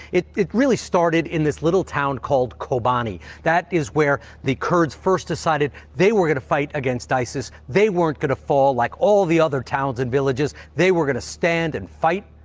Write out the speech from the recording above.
it it really started in this little town called kobani. that is where the kurds first decided they were going to fight against isis. they weren't going to fall like all the other towns and villages. they were going to stand and fight.